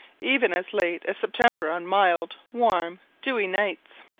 even as late as september, on mild, warm, dewy nights.